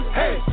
hey